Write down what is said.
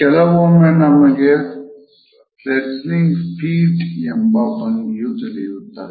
ಕೆಲವೊಮ್ಮೆ ನಮಗೆ ಫೈಡ್ಗೇಟಿಂಗ್ ಫೀಟ್ ಎಂಬ ಭಂಗಿಯು ತಿಳಿಯುತ್ತದೆ